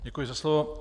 Děkuji za slovo.